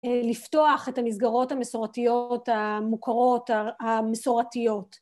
לפתוח את המסגרות המסורתיות, המוכרות, המסורתיות.